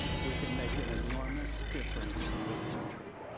we can make an enormous difference in this country.